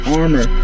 armor